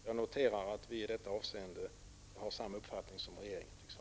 Jag noterar att vi i detta avseende har samma uppfattning som regeringen tycks ha.